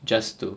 just to